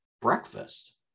breakfast